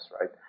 right